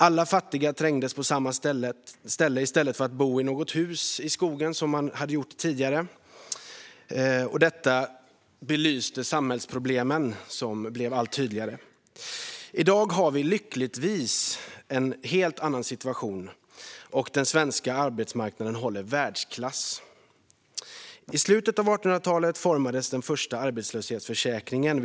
Alla fattiga trängdes på samma ställe i stället för att bo i hus i skogen som de gjort tidigare. Detta belyste samhällsproblemen, som blev allt tydligare. I dag har vi lyckligtvis en helt annan situation, och den svenska arbetsmarknaden är i världsklass. I slutet av 1800-talet utformades den första arbetslöshetsförsäkringen.